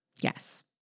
Yes